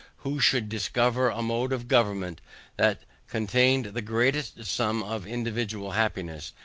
who should discover a mode of government that contained the greatest sum of individual happiness,